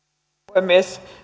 puhemies